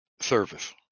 service